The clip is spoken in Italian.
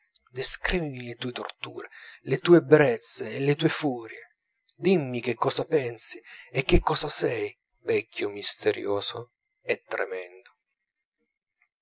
descrivimi le tue torture le tue ebbrezze e le tue furie dimmi che cosa pensi e che cosa sei vecchio misterioso e tremendo